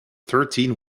thirteen